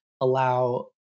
allow